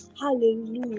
Hallelujah